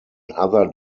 other